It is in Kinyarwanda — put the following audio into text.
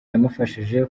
yamufashije